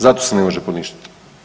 Zato se ne može poništit.